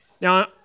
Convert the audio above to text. Now